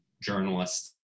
journalists